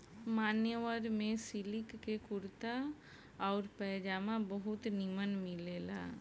मान्यवर में सिलिक के कुर्ता आउर पयजामा बहुते निमन मिलेला